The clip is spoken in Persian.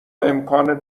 امکان